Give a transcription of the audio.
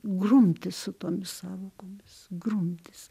grumtis su tomis sąvokomis grumtis